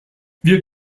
wir